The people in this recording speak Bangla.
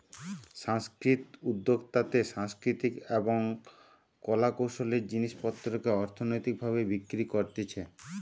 সাংস্কৃতিক উদ্যোক্তাতে সাংস্কৃতিক এবং কলা কৌশলের জিনিস পত্রকে অর্থনৈতিক ভাবে বিক্রি করতিছে